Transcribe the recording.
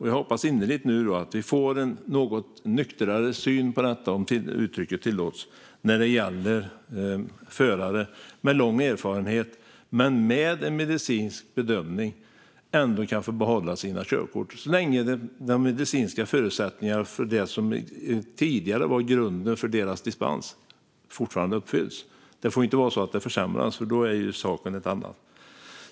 Jag hoppas innerligt att vi nu får en något nyktrare syn - om uttrycket tillåts - när det gäller att förare med lång erfarenhet men med en medicinsk bedömning kan få behålla sitt körkort så länge de medicinska förutsättningarna för det som tidigare var grunden för deras dispens fortfarande uppfylls. Det får ju inte vara så att det hela försämras, för då är saken en annan.